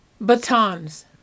batons